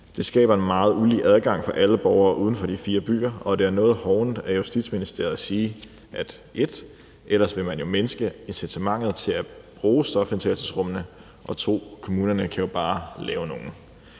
Det skaber en meget ulige adgang for alle borgere uden for de fire byer, og det er noget hovent af Justitsministeriet at sige: punkt 1, at man ellers vil mindske incitamentet til at bruge stofindtagelsesrummet, og punkt 2, at kommunerne jo bare kan lave nogle.